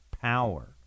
power